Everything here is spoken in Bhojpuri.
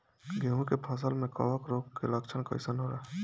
गेहूं के फसल में कवक रोग के लक्षण कइसन होला?